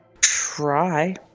try